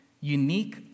unique